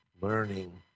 learning